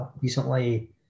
recently